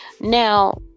Now